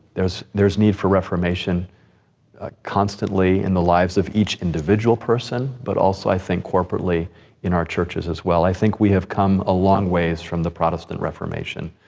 there's there's need for reformation ah constantly in the lives of each individual person, but also, i think, corporately in our churches as well. i think we have come a long ways from the protestant reformation,